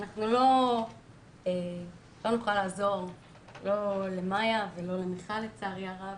אנחנו לא נוכל לעזור לא למאיה ולא למיכל לצערי הרב,